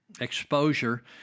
exposure